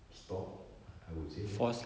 stopped I would say that